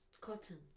Cotton